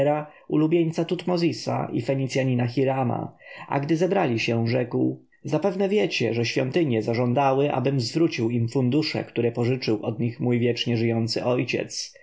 ulubieńca tutmozisa i fenicjanina hirama a gdy zebrali się rzekł zapewne wiecie że świątynie zażądały abym zwrócił im fundusze które pożyczył od nich mój wiecznie żyjący ojciec